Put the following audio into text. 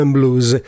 Blues